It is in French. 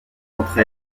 entre